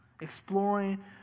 Exploring